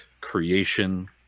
creation